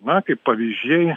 na kaip pavyzdžiai